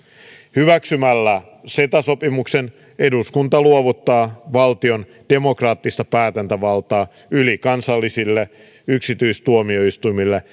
hyväksymällä ceta sopimuksen eduskunta luovuttaa valtion demokraattista päätäntävaltaa ylikansallisille yksityistuomioistuimille